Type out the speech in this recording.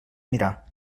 mirar